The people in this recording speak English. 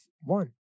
One